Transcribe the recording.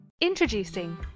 Introducing